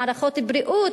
מערכות בריאות,